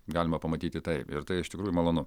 galima pamatyti taip ir tai iš tikrųjų malonu